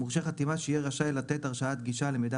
מורשה חתימה שיהיה רשאי לתת הרשאת גישה למידע